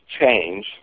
Change